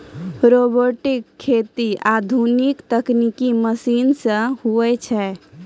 robotic खेती आधुनिक तकनिकी मशीन से हुवै छै